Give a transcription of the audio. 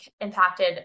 impacted